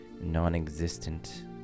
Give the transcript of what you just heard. non-existent